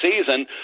season